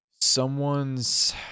someone's